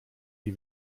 sie